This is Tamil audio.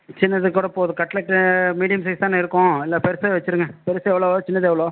சின்னது கூட போதும் கட்லட்டு மீடியம் சைஸ்தானே இருக்கும் இல்லை பெருசு வைச்சுருங்க பெரிசு எவ்வளோ சின்னது எவ்வளோ